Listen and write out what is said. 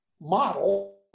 model